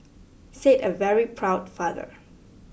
said a very proud father